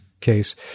case